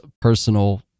personal